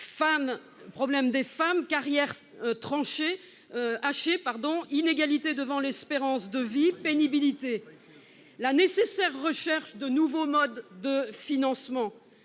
problèmes des femmes, carrières hachées, inégalités d'espérance de vie, pénibilité, nécessaire recherche de nouveaux modes de financement